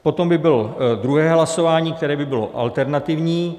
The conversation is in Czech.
Potom by bylo druhé hlasování, které by bylo alternativní.